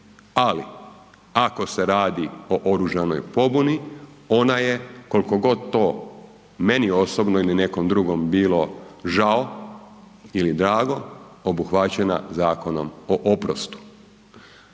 Ali ako se radi o oružanoj pobuni, ona je koliko god meni osobno ili nekom drugom bilo žao ili drago, obuhvaćena Zakonom o oprostu.